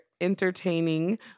entertaining